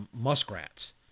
muskrats